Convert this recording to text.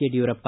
Yediyurappa